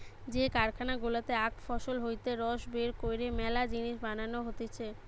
যে কারখানা গুলাতে আখ ফসল হইতে রস বের কইরে মেলা জিনিস বানানো হতিছে